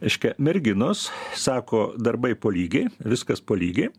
reiškia merginos sako darbai po lygiai viskas po lygiai